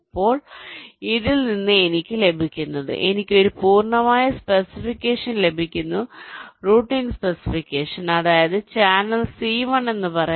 ഇപ്പോൾ ഇതിൽ നിന്ന് എനിക്ക് ലഭിക്കുന്നത് എനിക്ക് ഒരു പൂർണ്ണമായ സ്പെസിഫിക്കേഷൻ ലഭിക്കുന്നു റൂട്ടിംഗ് സ്പെസിഫിക്കേഷൻ അതായത് ചാനൽ C1 എന്ന് പറയാം